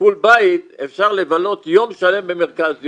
טיפול בית אפשר לבלות יום שלם במרכז יום,